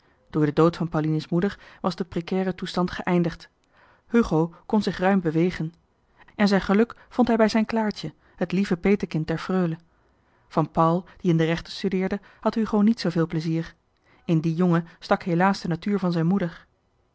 door den dood van pauline's moeder was de précaire toestand geëindigd hugo kon zich ruim bewegen en zijn geluk vond hij bij zijn claartje het lieve petekind der freule van paul die in de rechten studeerde had hugo niet zooveel plezier in dien jongen stak helaas de natuur van zijn moeder